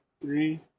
Three